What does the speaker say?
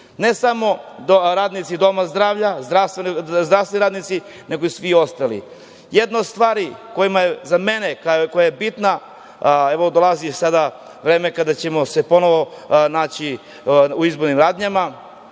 Ne samo radnici doma zdravlja, zdravstveni radnici, nego i svi ostali. Jedna od stvari za mene koja je bitna, evo dolazi vreme kada ćemo se ponovo naći u izbornim radnjama,